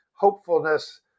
hopefulness